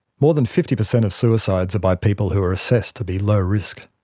more than fifty percent of suicides are by people who are assessed to be low risk.